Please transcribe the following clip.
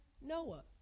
Noah